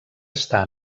està